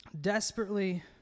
desperately